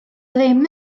ddim